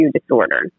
disorder